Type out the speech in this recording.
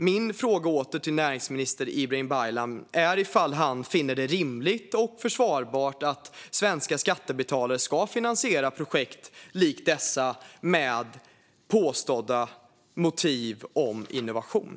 Min fråga till näringsminister Ibrahim Baylan är ifall han finner det rimligt och försvarbart att svenska skattebetalare ska finansiera projekt likt dessa med påstådda motiv om innovation.